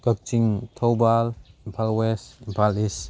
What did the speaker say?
ꯀꯛꯆꯤꯡ ꯊꯧꯕꯥꯜ ꯏꯝꯐꯥꯜ ꯋꯦꯁ ꯏꯝꯐꯥꯜ ꯏꯁ